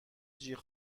جیغ